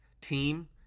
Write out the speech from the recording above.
team